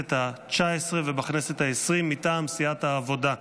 בכנסת ב-19 ובכנסת ה-20 מטעם סיעת העבודה.